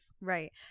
Right